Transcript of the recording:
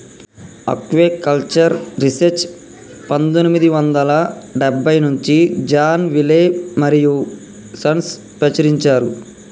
aquaculture research పందొమ్మిది వందల డెబ్బై నుంచి జాన్ విలే మరియూ సన్స్ ప్రచురించారు